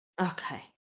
Okay